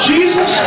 Jesus